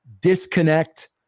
disconnect